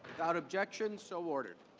without objection, so ordered.